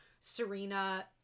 Serena